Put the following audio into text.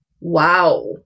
Wow